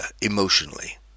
emotionally